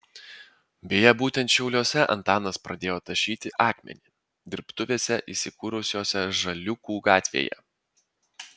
beje būtent šiauliuose antanas pradėjo tašyti akmenį dirbtuvėse įsikūrusiose žaliūkių gatvėje